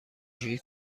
شویی